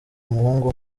umuhungu